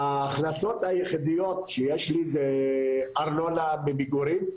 ההכנסות היחידות שיש לי זה ארנונה במגורים,